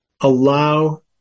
allow